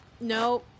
No